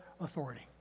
authority